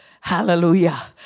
Hallelujah